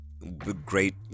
great